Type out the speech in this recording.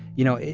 you know,